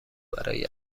برای